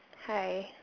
hi